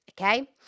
Okay